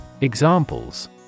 Examples